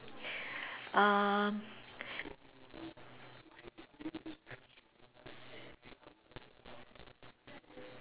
uh